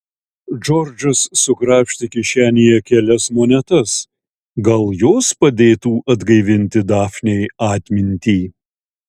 džordžas sukrapštė kišenėje kelias monetas gal jos padėtų atgaivinti dafnei atmintį